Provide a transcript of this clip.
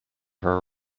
her